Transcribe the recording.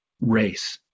race